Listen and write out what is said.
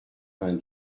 vingt